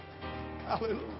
Hallelujah